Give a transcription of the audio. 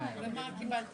מבקש